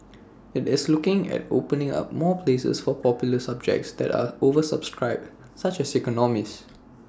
IT is looking at opening up more places for popular subjects that are oversubscribed such as economics